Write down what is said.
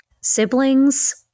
Siblings